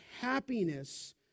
happiness